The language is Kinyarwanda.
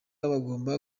bagomba